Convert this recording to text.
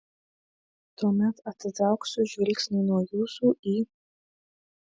tuomet atitrauksiu žvilgsnį nuo jūsų į